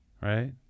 right